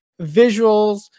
visuals